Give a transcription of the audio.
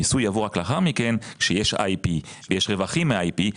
המיסוי יבוא רק לאחר מכן כשיש IP יש רווחים מה-IP.